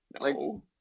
No